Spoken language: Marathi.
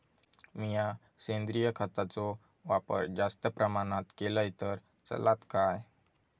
मीया सेंद्रिय खताचो वापर जास्त प्रमाणात केलय तर चलात काय?